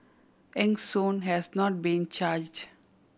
Eng Soon has not been charged